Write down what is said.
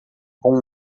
com